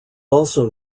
also